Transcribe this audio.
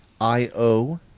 i-o